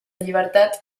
llibertat